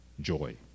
joy